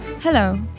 Hello